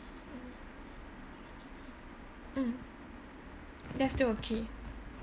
mm mm that's still okay